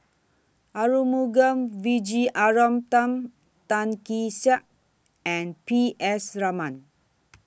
Arumugam Vijiaratnam Tan Kee Sek and P S Raman